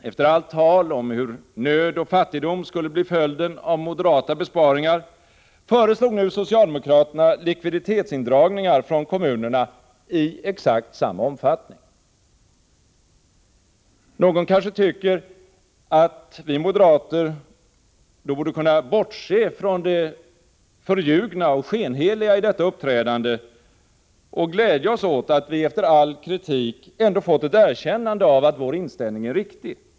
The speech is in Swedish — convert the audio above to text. Efter allt tal om hur nöd och fattigdom skulle bli följden av moderata besparingar, föreslog nu socialdemokraterna likviditetsindragningar från kommunerna i exakt samma omfattning. Någon kanske tycker att vi moderater då borde kunna bortse från det förljugna och skenheliga i detta uppträdande och glädja oss åt att vi efter all kritik ändå fått ett erkännande av att vår inställning är riktig.